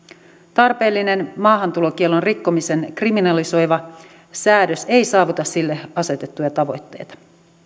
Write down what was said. tarpeellinen maahantulokiellon rikkomisen kriminalisoiva säädös ei saavuta sille asetettuja tavoitteita